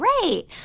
great